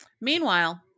Meanwhile